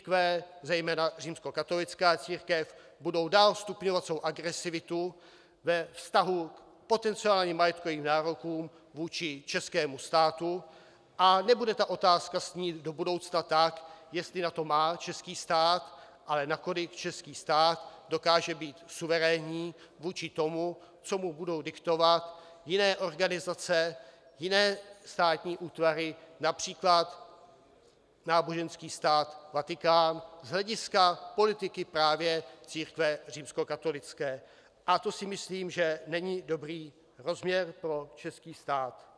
Církve, zejména římskokatolická církev, budou dál stupňovat svou agresivitu ve vztahu k potenciálním majetkovým nárokům vůči českému státu a nebude otázka znít do budoucna tak, jestli na to má český stát, ale nakolik český stát dokáže být suverénní vůči tomu, co mu budou diktovat jiné organizace, jiné státní útvary, například náboženský stát Vatikán, z hlediska politiky právě církve římskokatolické, a to si myslím, že není dobrý rozměr pro český stát.